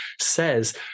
says